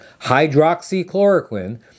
hydroxychloroquine